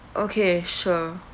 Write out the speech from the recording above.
okay sure